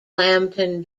lambton